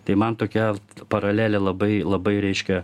tai man tokia paralelė labai labai reiškia